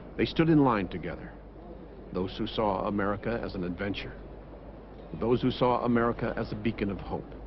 they stood in line together those who saw america as an adventure those who saw america as a beacon of hope